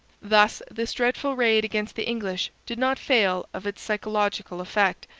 thus this dreadful raid against the english did not fail of its psychological effect,